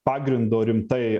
pagrindo rimtai